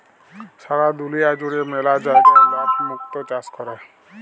সারা দুলিয়া জুড়ে ম্যালা জায়গায় লক মুক্ত চাষ ক্যরে